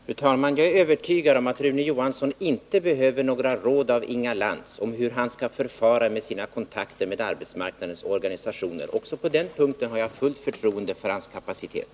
Fru talman! Jag är övertygad om att Rune Johansson inte behöver några råd av Inga Lantz om hur han skall förfara vid sina kontakter med arbetsmarknadens parter. Också på den punkten har jag fullt förtroende för hans kapacitet.